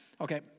Okay